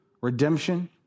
redemption